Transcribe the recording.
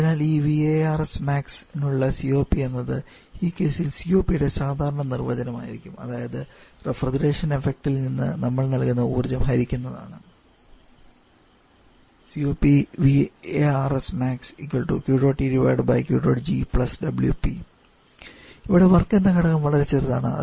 അതിനാൽ ഈ VARSmax നുള്ള COP എന്നത് ഈ കേസിൽ COP യുടെ സാധാരണ നിർവചനമായിരിക്കും അതായത് റഫ്രിജറേഷൻ എഫക്ട് ഇൽ നിന്ന് നമ്മൾ നൽകുന്ന ഊർജ്ജം ഹരിക്കുന്നതാണ് ഇവിടെ വർക്ക് എന്ന ഘടകം വളരെ ചെറുതാണ്